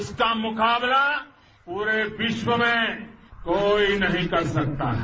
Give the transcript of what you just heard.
उसका मुकाबला पूरे विश्व में कोई नहीं कर सकता है